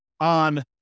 on